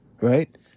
right